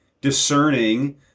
discerning